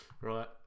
Right